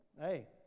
hey